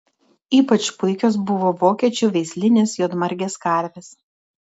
ypač puikios buvo vokiečių veislinės juodmargės karvės